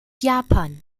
japan